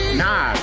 nah